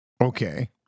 Okay